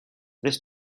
this